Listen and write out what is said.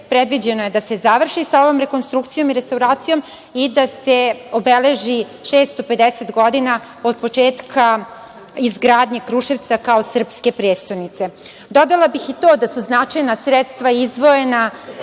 predviđeno je da se završi sa ovom rekonstrukcijom i restauracijom i da se obeleži 650 godina od početka izgradnje Kruševca kao srpske prestonice. Dodala bih i to da su značajna sredstva izdvojena